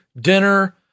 dinner